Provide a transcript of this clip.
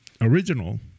original